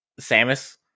samus